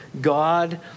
God